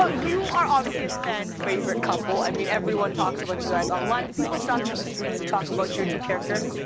ah you are obviously a fan-favorite couple i mean, everyone talks about you guys online. do people stop you in the streets to talk about your two characters?